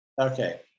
Okay